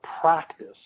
practice